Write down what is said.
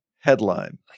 headline